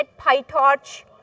PyTorch